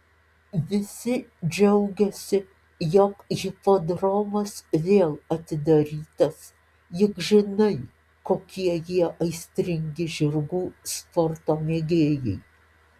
visi džiaugiasi jog hipodromas vėl atidarytas juk žinai kokie jie aistringi žirgų sporto mėgėjai